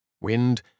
Wind